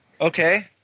Okay